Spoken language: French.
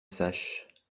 sache